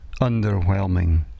Underwhelming